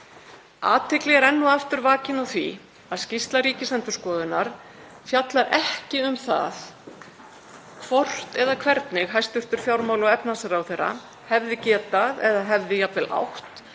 Athygli er enn og aftur vakin á því að skýrsla Ríkisendurskoðunar fjallar ekki um það hvort eða hvernig hæstv. fjármála- og efnahagsráðherra hefði getað eða hefði jafnvel átt